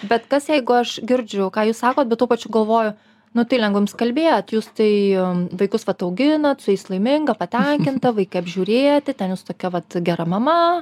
bet kas jeigu aš girdžiu ką jūs sakot bet tuo pačiu galvoju nu tai lengva jums kalbėt jūs tai vaikus vat auginat su jais laiminga patenkinta vaikai apžiūrėti ten jūs tokia vat gera mama